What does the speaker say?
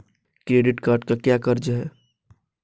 Credit card का क्या कार्य है?